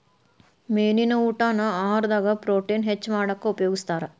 ಮೇನಿನ ಊಟಾನ ಆಹಾರದಾಗ ಪ್ರೊಟೇನ್ ಹೆಚ್ಚ್ ಮಾಡಾಕ ಉಪಯೋಗಸ್ತಾರ